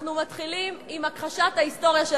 אנחנו מתחילים עם הכחשת ההיסטוריה של